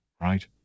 Right